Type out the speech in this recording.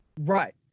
Right